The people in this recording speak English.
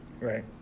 right